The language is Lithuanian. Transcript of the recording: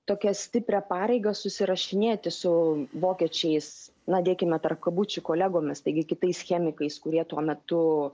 tokią stiprią pareigą susirašinėti su vokiečiais na dėkime tarp kabučių kolegomis taigi kitais chemikais kurie tuo metu